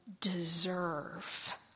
deserve